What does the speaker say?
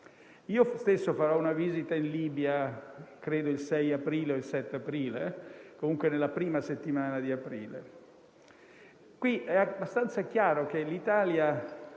Io stesso farò una visita in Libia, credo il 6 o il 7 aprile, comunque nella prima settimana di aprile. È abbastanza chiaro che l'Italia